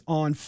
on